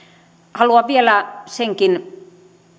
haluan vielä senkin